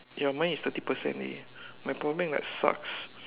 ya mine is thirty percent leh my powerbank like sucks